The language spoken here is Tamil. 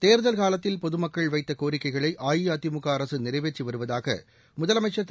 தேர்தல் காலத்தில் பொதுமக்கள் வைத்த கோரிக்கைகளை அஇஅதிமுக அரசு நிறைவேற்றி வருவதாக முதலமைச்சர் திரு